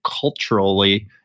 culturally